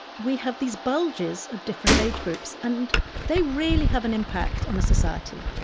we have these bulges of different age groups, and they really have an impact on a society.